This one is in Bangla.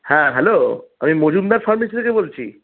হ্যাঁ হ্যালো আমি মজুমদার ফার্মেসি থেকে বলছি